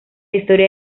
historia